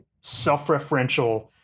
self-referential